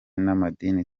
n’amadini